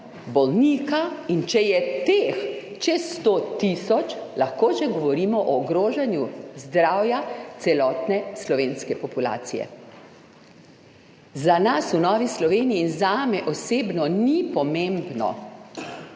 bolnika. In če je teh čez 100 tisoč, lahko že govorimo o ogrožanju zdravja celotne slovenske populacije. Za nas v Novi Sloveniji in zame osebno ni pomembno,